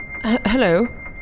Hello